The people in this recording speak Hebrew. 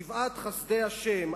גבעת-חסדי-השם,